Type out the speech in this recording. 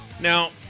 Now